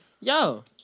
yo